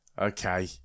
okay